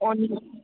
उन